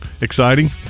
exciting